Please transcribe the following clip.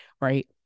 right